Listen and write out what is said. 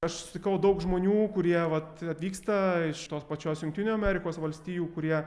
aš sutikau daug žmonių kurie vat atvyksta iš tos pačios jungtinių amerikos valstijų kurie